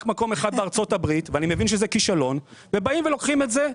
רק מקום אחד בארצות הברית ואני מבין שזה כישלון ובאים ולוקחים את זה,